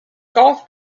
golf